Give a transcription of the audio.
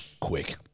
Quick